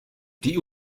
die